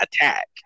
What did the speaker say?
attack